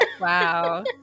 wow